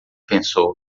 pensou